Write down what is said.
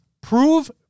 prove